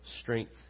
strength